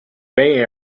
bay